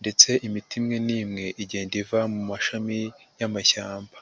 ndetse imiti imwe n'imwe igenda iva mu mashami y'amashyamba.